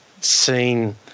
seen